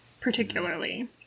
particularly